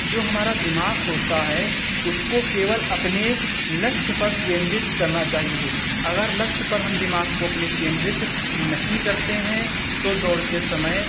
जो हमारा दिमाग होता है उसको केवल अपने लक्ष्य पर केन्द्रित करना चाहिए अगर लक्ष्य पर हम दिमाग को अपने केन्द्रित नहीं करते हैं तो दौड़ते समय